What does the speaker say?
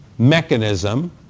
mechanism